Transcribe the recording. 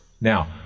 now